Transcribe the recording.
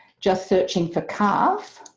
just searching for calf